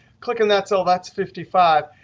click in that cell, that's fifty five.